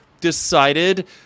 decided